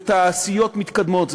זה תעשיות מתקדמות,